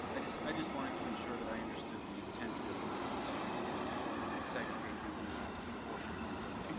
i just i just wanted to ensure that i understood the intent was not to segregate these amounts proportionately into those but